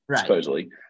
supposedly